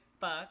fuck